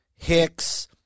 Hicks